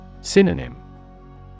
Synonym